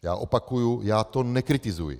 Já opakuji, já to nekritizuji.